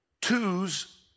twos